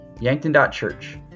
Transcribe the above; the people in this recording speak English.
yankton.church